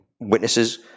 witnesses